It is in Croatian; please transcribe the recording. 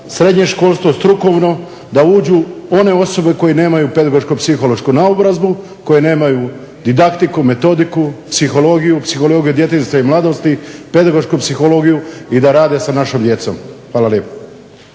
srednje školstvo, strukovno da uđu one osobe koje nemaju pedagoško psihološku naobrazbu, koje nemaju didaktiku, metodiku, psihologiju djetinjstva i mladosti, pedagošku psihologiju i da rade sa našom djecom. Hvala lijepo.